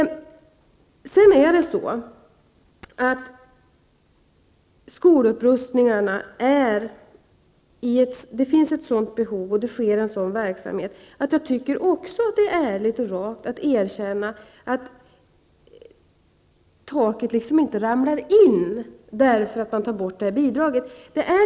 Det finns ett behov av att rusta upp skolorna, men det pågår en sådan verksamhet och det är ärligt och rakt att erkänna att taket inte ramlar in bara därför att man tar bort detta bidrag.